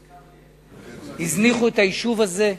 הממשלות הזניחו את היישוב הזה.